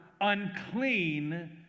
unclean